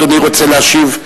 אדוני רוצה להשיב,